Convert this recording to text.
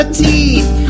teeth